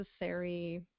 necessary